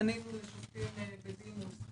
פנינו לשופטים בדימוס,